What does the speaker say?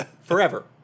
Forever